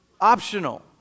optional